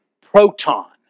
proton